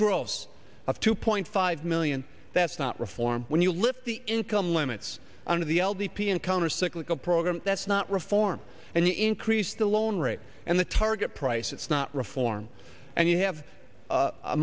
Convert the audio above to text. gross of two point five million that's not reform when you lift the income limits under the l d p and countercyclical program that's not reform and the increase the loan rate and the target price it's not reform and you have